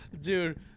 Dude